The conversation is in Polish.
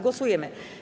Głosujemy.